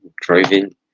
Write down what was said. driving